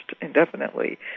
indefinitely